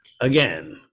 Again